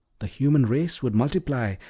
the human race would multiply,